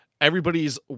everybody's